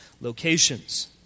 locations